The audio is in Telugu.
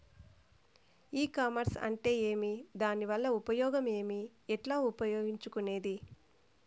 ఈ కామర్స్ అంటే ఏమి దానివల్ల ఉపయోగం ఏమి, ఎట్లా ఉపయోగించుకునేది?